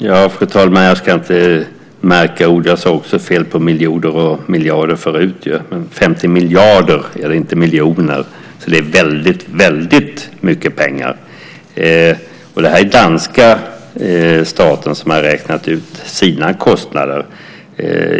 Fru talman! Jag ska inte märka ord. Jag sade också fel på miljoner och miljarder förut. Det är 50 miljarder , inte miljoner, så det är väldigt, väldigt mycket pengar. Det är danska staten som har räknat ut sina kostnader.